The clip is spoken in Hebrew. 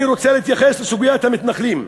אני רוצה להתייחס לסוגיית המתנחלים.